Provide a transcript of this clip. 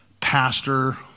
Pastor